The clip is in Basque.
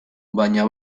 baina